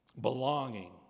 belonging